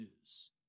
news